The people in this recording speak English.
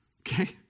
Okay